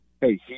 hey